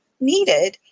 needed